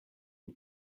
une